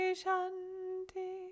shanti